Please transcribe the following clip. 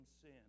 sin